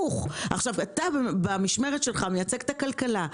אתה במשמרת שלך מייצג את הכלכלה.